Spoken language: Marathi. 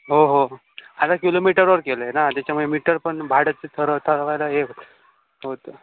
हो हो आता किलोमीटरवर केलं आहे ना त्याच्यामुळे मीटर पण भाड्याचं सर्व ठरवायला हे होतं